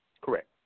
correct